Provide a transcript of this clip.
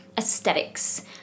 aesthetics